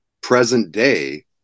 present-day